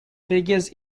figures